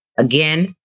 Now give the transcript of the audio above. Again